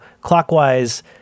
clockwise